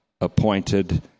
appointed